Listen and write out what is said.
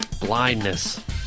Blindness